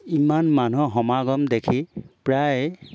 ইমান মানুহৰ সমাগম দেখি প্ৰায়